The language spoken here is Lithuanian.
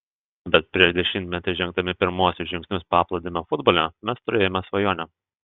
bet prieš dešimtmetį žengdami pirmuosius žingsnius paplūdimio futbole mes turėjome svajonę